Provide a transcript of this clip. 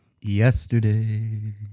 Yesterday